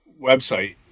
website